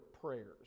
prayers